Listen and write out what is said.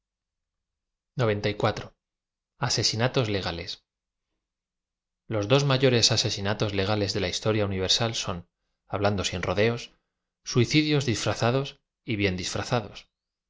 asesinatos legales los dos m ayores asesinatos legales de la historia universal son hablando sin rodeos auicidios dlsfrazados y bien disfrazados